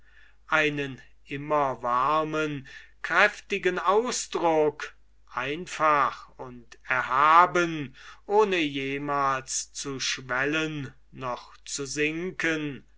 einen immer warmen kräftigen ausdruck einfach und erhaben ohne jemals zu schwellen noch zu sinken